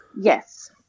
Yes